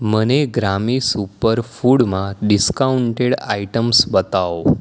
મને ગ્રામી સુપરફૂડમાં ડિસ્કાઉન્ટેડ આઇટમ્સ બતાવો